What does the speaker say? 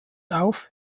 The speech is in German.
auf